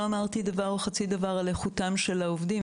לא אמרתי דבר או חצי דבר על איכותם של העובדים.